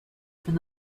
from